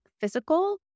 physical